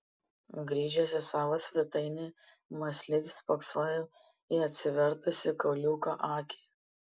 grįžęs į savo svetainę mąsliai spoksojau į atsivertusią kauliuko akį